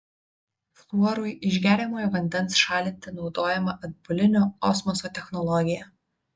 fluorui iš geriamojo vandens šalinti naudojama atbulinio osmoso technologija